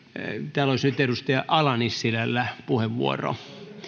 täällä olisi nyt edustaja ala nissilällä puheenvuoro